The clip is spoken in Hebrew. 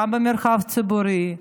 גם במרחב הציבורי,